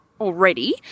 already